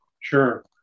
Sure